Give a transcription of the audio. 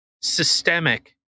systemic